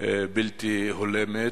בלתי הולמת,